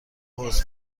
حوض